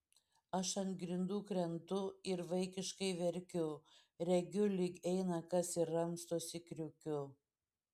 aš ant grindų krentu ir vaikiškai verkiu regiu lyg eina kas ir ramstosi kriukiu